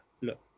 look